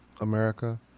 America